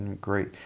great